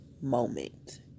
moment